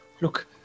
Look